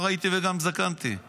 נער הייתי וגם זקנתי,